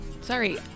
Sorry